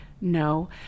no